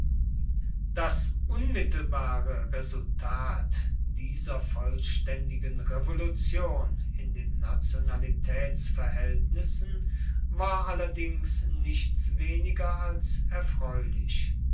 das unmittelbare resultat dieser vollständigen revolution in den nationalitätsverhältnissen war allerdings nichts weniger als erfreulich